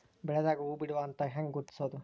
ಬೆಳಿದಾಗ ಹೂ ಬಿಡುವ ಹಂತ ಹ್ಯಾಂಗ್ ಗುರುತಿಸೋದು?